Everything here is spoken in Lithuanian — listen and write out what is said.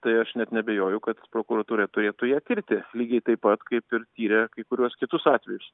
tai aš net neabejoju kad prokuratūra turėtų ją tirti lygiai taip pat kaip ir tyrė kai kuriuos kitus atvejus